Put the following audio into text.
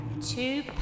Two